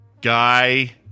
Guy